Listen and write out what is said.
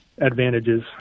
advantages